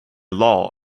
law